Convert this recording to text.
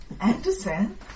Anderson